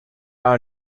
are